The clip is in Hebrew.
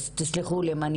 אז תסלחו לי אם אני